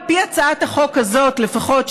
על פי הצעת החוק הזאת לפחות,